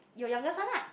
your youngest one lah